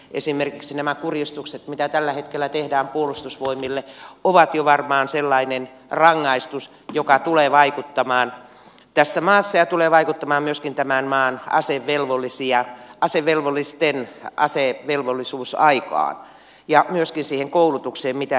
esimerkiksi nämä kurjistukset mitä tällä hetkellä tehdään puolustusvoimille ovat jo varmaan sellainen rangaistus joka tulee vaikuttamaan tässä maassa ja tulee vaikuttamaan myöskin tämän maan asevelvollisten asevelvollisuusaikaan ja myöskin siihen koulutukseen mitä he saavat